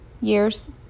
years